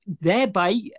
thereby